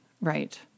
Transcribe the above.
Right